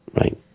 Right